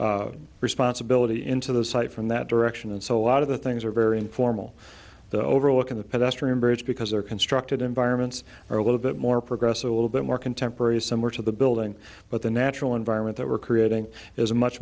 responsibility into the site from that direction and so a lot of the things are very informal the overall look of the pedestrian bridge because they're constructed environments are a little bit more progressive a little bit more contemporary similar to the building but the natural environment that we're creating is a much